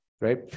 right